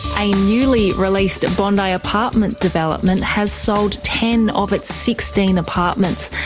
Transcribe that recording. a newly released bondi apartment development has sold ten of its sixteen apartments,